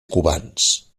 cubans